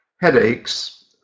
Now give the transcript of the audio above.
headaches